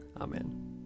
Amen